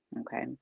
Okay